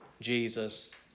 Jesus